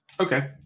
Okay